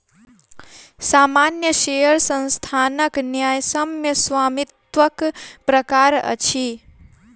सामान्य शेयर संस्थानक न्यायसम्य स्वामित्वक प्रकार अछि